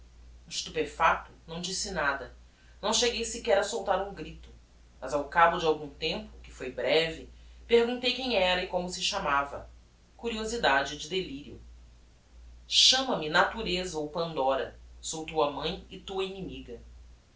estupefacto não disse nada não cheguei sequer a soltar um grito mas ao cabo de algum tempo que foi breve perguntei quem era e como se chamava curiosidade de delirio chama-me natureza ou pandora sou tua mãe e tua inimiga